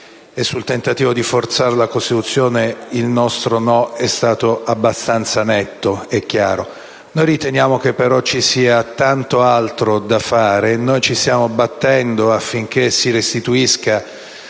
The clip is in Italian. sul tentativo di forzare la Costituzione il nostro no è stato abbastanza netto e chiaro): noi riteniamo che ci sia tanto altro da fare. Noi ci stiamo battendo affinché si restituisca